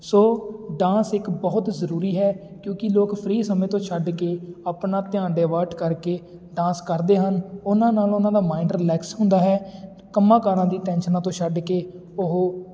ਸੋ dance ਇੱਕ ਬਹੁਤ ਜ਼ਰੂਰੀ ਹੈ ਕਿਉਂਕਿ ਲੋਕ ਫਰੀ ਸਮੇਂ ਤੋਂ ਛੱਡ ਕੇ ਆਪਣਾ ਧਿਆਨ ਦੇਵਰਟ ਕਰਕੇ ਡਾਂਸ ਕਰਦੇ ਹਨ ਉਹਨਾਂ ਨਾਲ ਉਹਨਾਂ ਦਾ ਮਾਇੰਡ ਰਿਲੈਕਸ ਹੁੰਦਾ ਹੈ ਕੰਮਾਂ ਕਾਰਾਂ ਦੀ ਟੈਂਸ਼ਨਾਂ ਤੋਂ ਛੱਡ ਕੇ ਉਹ